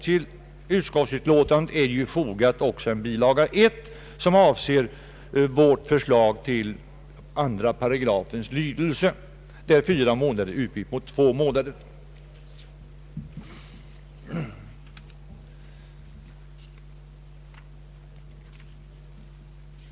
Till utskottsutlåtandet är fogad en bilaga 1, som avser vårt förslag till lydelse av 2 §, där fyra månader är utbytt mot två månader.